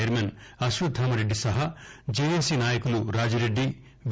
chairman Ashwathama రెడ్దిసహా JAC నాయకులు రాజిరెడ్డి వి